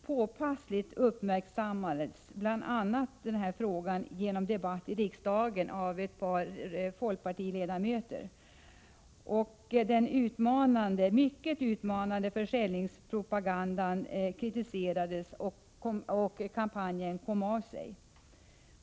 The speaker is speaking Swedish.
Påpassligt uppmärksammades detta förhållande — bl.a. genom en debatt här i riksdagen med anledning av frågor från ett par folkpartiledamöter — och den mycket utmanande försäljningspropagandan kritiserades och kampanjen kom av sig.